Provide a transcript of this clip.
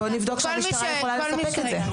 בוא נבדוק שהמשטרה יכולה לספק את זה.